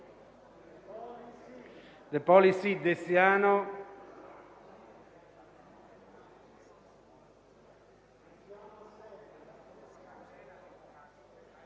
Grazie